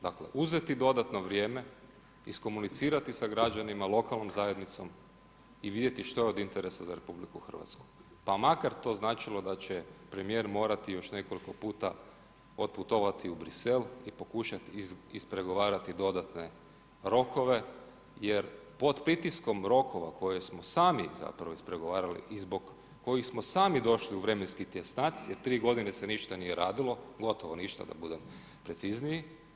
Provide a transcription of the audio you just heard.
Dakle, uzeti dodatno vrijeme, iskomunicirati sa građanima, lokalnom zajednicom i vidjeti što je od interesa za RH, pa makar to značilo da će premijer morati još nekoliko puta otputovati u Bruxelles i pokušati ispregovarati dodatne rokove jer pod pritiskom rokova koje smo sami zapravo ispregovarali i zbog kojih smo sami došli u vremenski tjesnac jer tri godine se ništa nije radilo, gotovo ništa, da budem precizniji.